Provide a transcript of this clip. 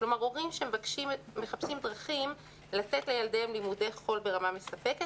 כלומר הורים שמחפשים דרכים לתת לילדיהם לימודי חול ברמה מספקת,